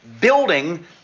building